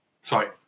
sorry